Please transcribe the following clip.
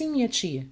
im minha tia